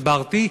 הסברתי,